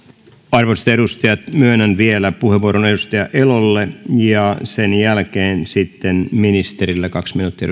arvoisat edustajat myönnän vielä puheenvuoron edustaja elolle ja sen jälkeen ministerille kaksi minuuttia